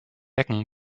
ecken